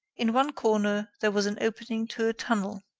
in one corner, there was an opening to a tunnel.